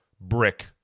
brick